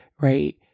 right